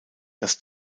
das